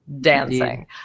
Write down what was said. Dancing